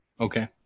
Okay